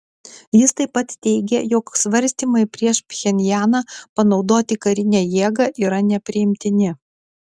jis taip pat teigė jog svarstymai prieš pchenjaną panaudoti karinę jėgą yra nepriimtini